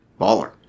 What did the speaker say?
Baller